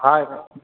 हा